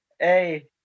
Hey